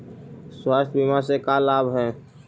स्वास्थ्य बीमा से का लाभ है?